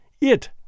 It